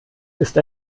ist